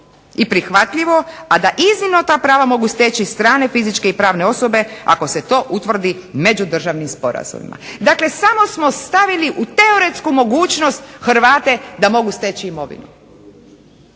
i prihvatljivo da iznimno ta prava mogu steći strane fizičke i pravne osobe ako se to utvrdi međudržavnim sporazumima. Dakle, samo smo stavili u teoretsku mogućnost Hrvate da mogu steći imovinu.